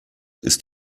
ist